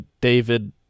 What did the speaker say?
David